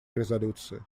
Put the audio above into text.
резолюции